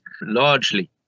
largely